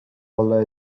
olla